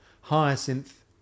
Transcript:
Hyacinth